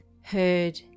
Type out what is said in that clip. heard